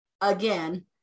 again